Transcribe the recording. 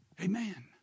Amen